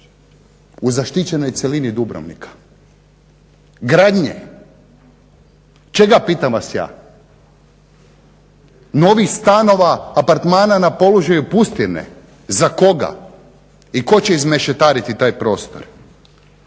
u zaštićenoj cjelini Dubrovnika. Gradnje, čega pitam vas ja. Novih stanova, apartmana na položaju Pustijerne za koga i tko će izmešetariti taj prostor?